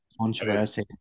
controversy